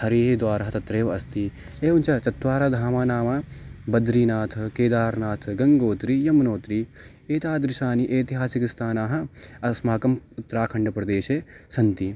हरिः द्वारः तत्रेव अस्ति एवञ्च चत्वारः धामः नाम बद्रीनाथः केदारनाथः गङ्गोत्रिः यमुनोत्रिः एतादृशानि एतिहासिक स्थानानि अस्माकम् उत्तराखण्डप्रदेशे सन्ति